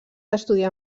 estudiar